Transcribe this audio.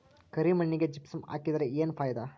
ಕರಿ ಮಣ್ಣಿಗೆ ಜಿಪ್ಸಮ್ ಹಾಕಿದರೆ ಏನ್ ಫಾಯಿದಾ?